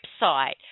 website